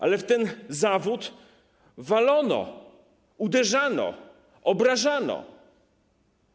Ale w ten zawód walono, uderzano, obrażano go.